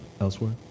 elsewhere